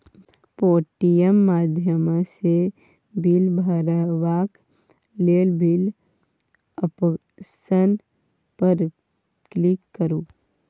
Paytm माध्यमसँ bill भरबाक लेल बिल आप्शन पर क्लिक करु